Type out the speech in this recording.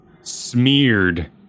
smeared